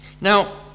Now